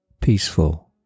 peaceful